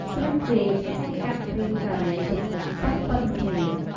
ស្លឹកចេកហែកកាត់រាងការេទំហំប៉ុនៗគ្នា។